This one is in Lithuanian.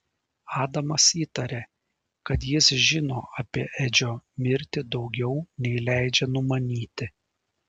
adamas įtarė kad jis žino apie edžio mirtį daugiau nei leidžia numanyti